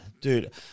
Dude